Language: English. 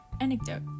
Anecdote